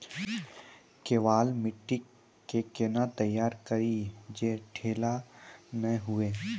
केवाल माटी के कैना तैयारी करिए जे ढेला नैय हुए?